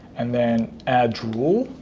and then add rule.